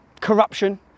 corruption